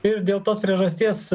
ir dėl tos priežasties